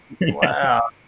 Wow